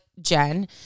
Jen